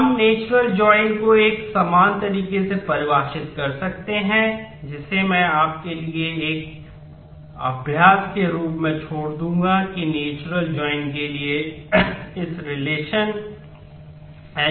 हम natural join गणना में समान है